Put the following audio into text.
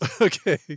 Okay